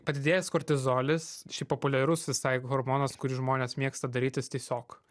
padidėjęs kortizolis šiaip populiarus visai hormonas kurį žmonės mėgsta darytis tiesiog